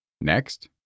Next